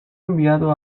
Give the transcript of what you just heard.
enviado